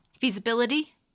Feasibility